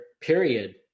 Period